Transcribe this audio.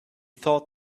thought